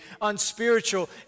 unspiritual